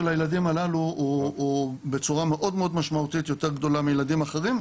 הילדים הללו הוא בצורה מאוד משמעותית יותר גדולה מילדים אחרים,